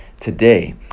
Today